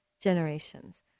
generations